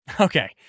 Okay